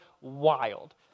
wild